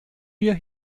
wir